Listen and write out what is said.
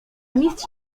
mistrz